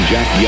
Jack